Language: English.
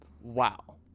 Wow